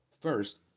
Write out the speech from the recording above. First